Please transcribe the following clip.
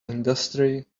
industry